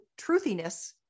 truthiness